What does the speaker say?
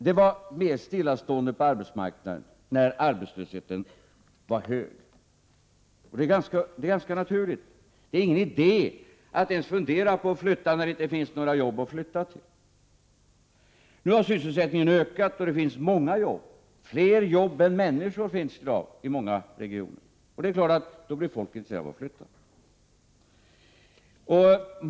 Det var mer stillastående på arbetsmarknaden när arbetslösheten var hög. Det är ganska naturligt. Det är ingen idé att ens fundera på att flytta när det inte finns några jobb att flytta till. Nu har sysselsättningen ökat, och det finns många jobb. Det finns i dag fler jobb än människor i många regioner. Då blir folk naturligtvis intresserade av att flytta.